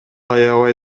аябай